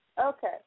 Okay